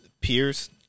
peers